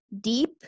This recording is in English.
deep